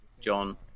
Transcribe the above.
John